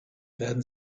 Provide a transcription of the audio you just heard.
werden